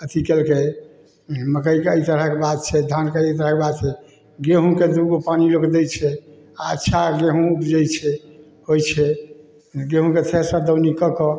अथी केलकै मकइके एहि तरहके बात छै धानके एहि तरहके बात छै गेहूँके दूगो पानी लोक दै छै अच्छा गेहूँ उपजै छै होइ छै गेहूँके फेरसँ दौनी कऽ कऽ